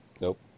Nope